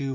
you